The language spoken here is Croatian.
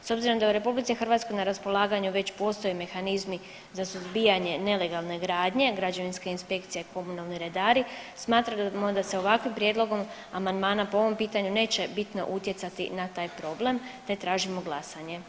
S obzirom da je u RH na raspolaganju već postoji mehanizmi za suzbijanje nelegalne gradnje, građevinska inspekcija i komunalni redari, smatramo da se ovakvim prijedlogom amandmana po ovom pitanju neće bitno utjecati na taj problem te tražimo glasanje.